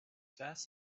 fast